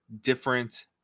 different